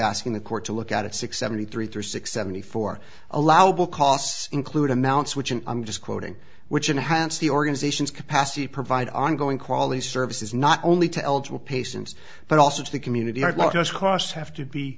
asking the court to look at six seventy three three six seventy four allowable costs include amounts which and i'm just quoting which enhanced the organizations capacity provide ongoing quality services not only to eligible patients but also to the community at large just cos have to be